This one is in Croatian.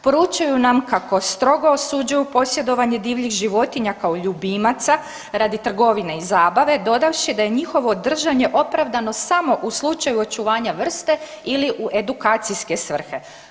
Poručuju nam kako strogo osuđuju posjedovanje divljih životinja kao ljubimaca radi trgovine i zabave dodavši da je njihovo držanje opravdano samo u slučaju očuvanja vrste ili u edukacijske svrhe.